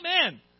Amen